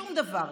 שום דבר,